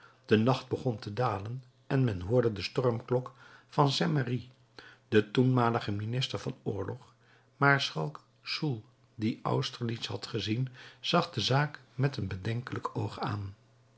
de nacht begon te dalen en men hoorde de stormklok van saint merry de toenmalige minister van oorlog maarschalk soult die austerlitz had gezien zag de zaak met een bedenkelijk oog aan